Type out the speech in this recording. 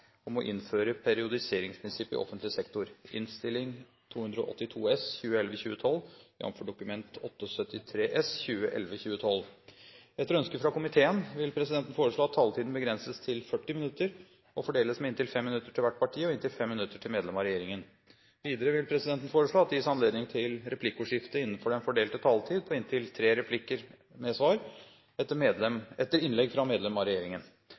om utviklingen i Afghanistan samt norsk sivilt og militært engasjement legges ut for behandling i et senere møte. – Det anses vedtatt. Etter ønske fra finanskomiteen vil presidenten foreslå at taletiden begrenses til 40 minutter og fordeles med inntil 5 minutter til hvert parti og inntil 5 minutter til medlem av regjeringen. Videre vil presidenten foreslå at det gis anledning til replikkordskifte på inntil tre replikker med svar etter innlegg fra medlem av regjeringen